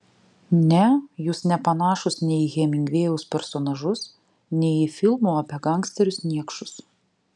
ne jūs nepanašūs nei į hemingvėjaus personažus nei į filmų apie gangsterius niekšus